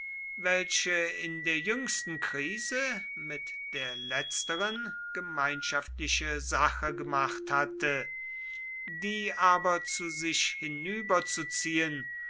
welche in der jüngsten krise mit der letzteren gemeinschaftliche sache gemacht hatte die aber zu sich